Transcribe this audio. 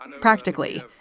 Practically